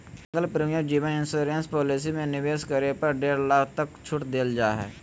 single premium जीवन insurance policy में निवेश करे पर डेढ़ लाख तक के छूट देल जा हइ